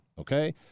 Okay